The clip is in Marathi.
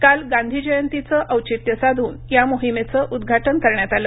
काल गांधी जयंतीचं औचित्य साधून या मोहिमेचं उद्घाटन करण्यात आलं